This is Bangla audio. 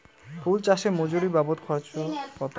ফুল চাষে মজুরি বাবদ খরচ কত?